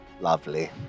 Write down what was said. lovely